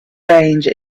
range